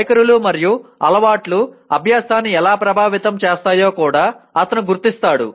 వైఖరులు మరియు అలవాట్లు అభ్యాసాన్ని ఎలా ప్రభావితం చేస్తాయో కూడా అతను గుర్తిస్తాడు